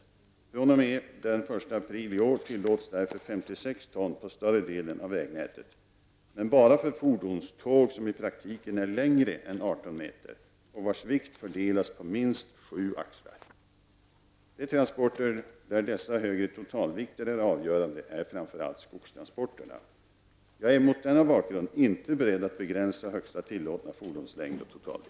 fr.o.m. den 1 april i år tillåts därför 56 ton på större delen av vägnätet, men bara för fordonståg som i praktiken är längre än 18 meter och vars vikt fördelas på minst sju axlar. De transporter där dessa högre totalvikterna är avgörande är framför allt skogstransporterna. Jag är mot denna bakgrund inte beredd att begränsa högsta tillåtna fordonslängd och totalvikt.